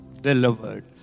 delivered